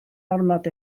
ormod